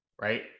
right